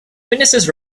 witnesses